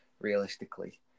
realistically